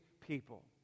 people